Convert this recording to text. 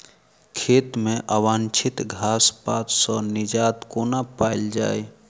खेत मे अवांछित घास पात सऽ निजात कोना पाइल जाइ?